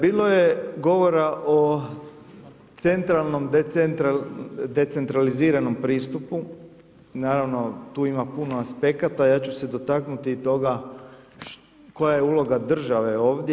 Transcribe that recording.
Bilo je govora o centralnom decentraliziranom pristupu, naravno tu ima puno aspekata, ja ću se dotaknuti i toga koja je uloga države ovdje.